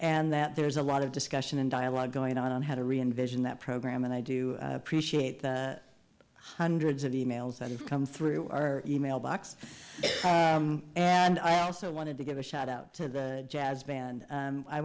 and that there's a lot of discussion and dialogue going on on how to reinvest in that program and i do appreciate the hundreds of e mails that have come through our e mail box and i also wanted to give a shout out to the jazz ban